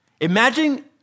Imagine